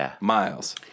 miles